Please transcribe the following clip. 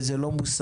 וזה לא מוסרי,